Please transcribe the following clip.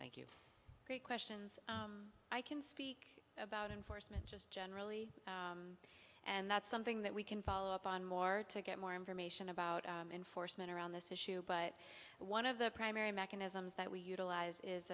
great questions i can speak about enforcement just generally and that's something that we can follow up on more to get more information about enforcement around this issue but one of the primary mechanisms that we utilize is